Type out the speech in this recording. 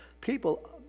People